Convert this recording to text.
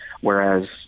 whereas